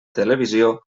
televisió